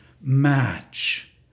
match